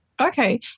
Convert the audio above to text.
Okay